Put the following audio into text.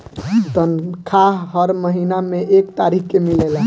तनखाह हर महीना में एक तारीख के मिलेला